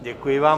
Děkuji vám.